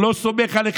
לא סומך עליכם.